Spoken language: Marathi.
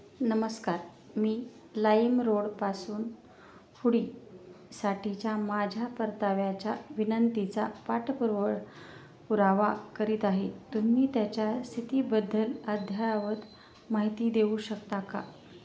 नमस्कार मी लाईमरोडपासून हुडीसाठीच्या माझ्या परताव्याच्या विनंतीचा पाठपुरावा पुरावा करीत आहे तुम्ही त्याच्या स्थितीबद्दल अद्ययावत माहिती देऊ शकता का